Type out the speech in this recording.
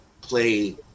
play